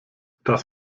dass